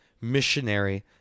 missionary